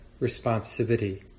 responsivity